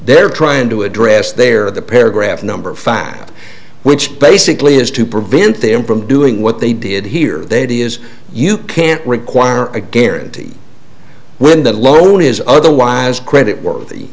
they're trying to address they are the paragraph number fact which basically is to prevent them from doing what they did here that is you can't require a guarantee when the loan is otherwise credit worthy